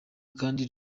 kandi